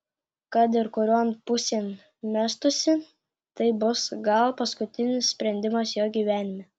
kad ir kurion pusėn mestųsi tai bus gal paskutinis sprendimas jo gyvenime